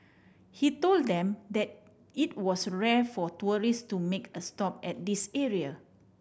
he told them that it was rare for tourist to make a stop at this area